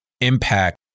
impact